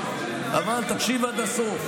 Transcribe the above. תקשיב עד הסוף,